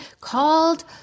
called